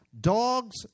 dogs